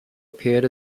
appeared